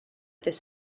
this